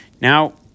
Now